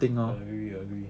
I agree I agree